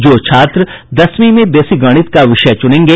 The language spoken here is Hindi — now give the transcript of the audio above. जो छात्र दसवीं में बेसिक गणित का विषय चुनेंगे